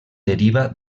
deriva